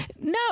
No